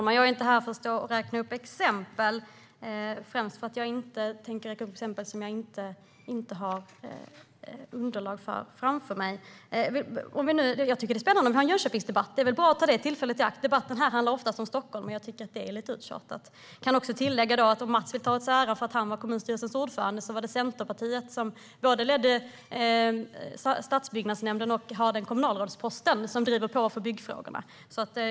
Herr talman! Jag tänker inte räkna upp exempel som jag inte har underlag för framför mig. Jag tycker att det är spännande om vi har en Jönköpingsdebatt. Det är väl bra om vi tar det tillfället i akt. Debatten här handlar oftast om Stockholm, och jag tycker att det är lite uttjatat. Jag kan tillägga, om Mats vill ta åt sig äran för byggandet för att han var kommunstyrelsens ordförande, att det var Centerpartiet som ledde både stadsbyggnadsnämnden och har den kommunalrådspost som driver på för byggfrågorna.